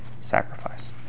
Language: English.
Sacrifice